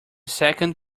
second